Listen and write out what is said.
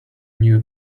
new